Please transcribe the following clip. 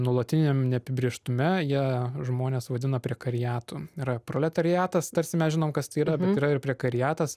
nuolatiniam neapibrėžtume ją žmonės vadino yra proletariatas tarsi mes žinome kad tai yra bendra ir